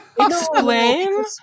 explain